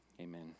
amen